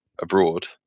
abroad